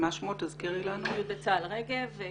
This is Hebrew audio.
יהודה צהל רגב.